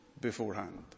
beforehand